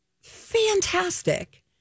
fantastic